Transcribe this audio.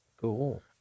Cool